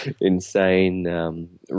insane